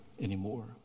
anymore